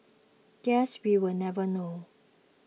guess we will never know